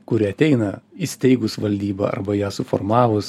kuri ateina įsteigus valdybą arba ją suformavus